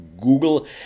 Google